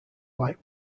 like